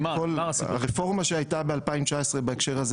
הרפורמה שהייתה ב-2019 בהקשר הזה